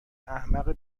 احمق